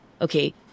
okay